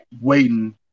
waiting